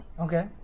Okay